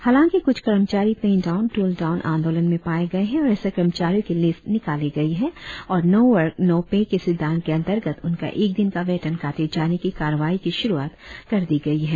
हालाकिं कुछ कर्मचारी pen down tool down आंदोलन में पाए गए है और ऎसे कर्मचारियों की लिस्ट निकाली गई है और नो वर्क नो पे के सिंद्धांत के अंतर्गत उनका एक दिन का वेतन काटे जाने की कार्यवाही की शुरुआत कर दी गई है